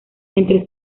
entre